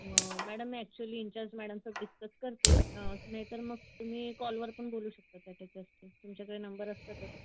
madam actually incharge मैडमसंग discuss करते नाही तर मग तुम्ही कॉल वर पण बोलू शकता त्या टीचर्सशी तुमच्याकडे नंबर असतातच